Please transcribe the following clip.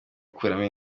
gukuramo